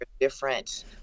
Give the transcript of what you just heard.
different